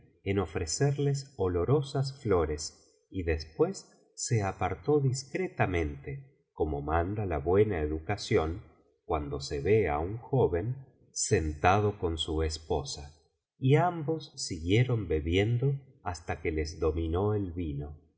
en ofrecerles olorosas flores y después se apartó discretamente como manda la buena educación cuando se ve á un joven sentado con su esposa y ambos siguieron bebiendo hasta que les dominó el vino